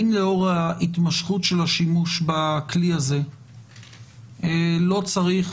האם לאור ההתמשכות של השימוש בכלי הזה לא צריך